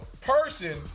person